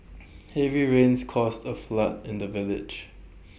heavy rains caused A flood in the village